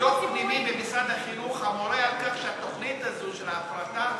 יש דוח פנימי במשרד החינוך המורה על כך שהתוכנית הזאת של ההפרטה